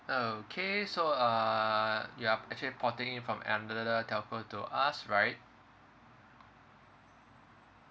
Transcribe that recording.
okay so uh you're actually porting it from another uh telco to us right